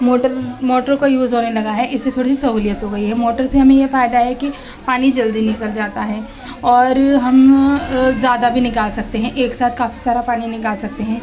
motor motor کا use ہونے لگا ہے اس سے تھوڑی سہولیت ہو گئی ہے موٹر سے ہمیں یہ فائدہ ہے کہ پانی جلدی نکل جاتا ہے اور ہم زیادہ بھی نکال سکتے ہیں ایک ساتھ کافی سارا پانی نکال سکتے ہیں